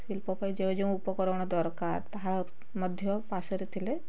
ଶିଳ୍ପ ପାଇଁ ଯେଉଁ ଯେଉଁ ଉପକରଣ ଦରକାର ତାହା ମଧ୍ୟ ପାଖରେ ଥିଲେ